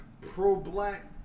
pro-black